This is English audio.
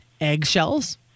Eggshells